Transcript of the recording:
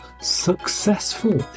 successful